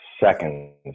Seconds